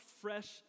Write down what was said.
fresh